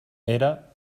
era